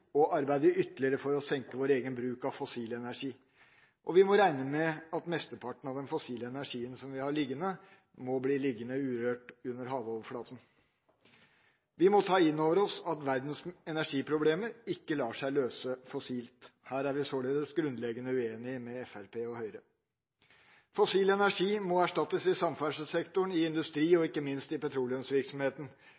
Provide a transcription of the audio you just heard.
og arbeide ytterligere for å senke vår egen bruk av fossil energi. Vi må regne med at mesteparten av den fossile energien vi har liggende, må bli liggende urørt under havoverflaten. Vi må ta inn over oss at verdens energiproblemer ikke lar seg løse fossilt. Her er vi således grunnleggende uenig med Fremskrittspartiet og Høyre. Fossil energi må erstattes i samferdselssektoren, i industrien og